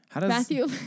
Matthew